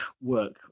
work